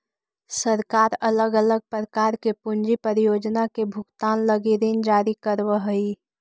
सरकार अलग अलग प्रकार के पूंजी परियोजना के भुगतान लगी ऋण जारी करवऽ हई